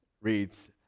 reads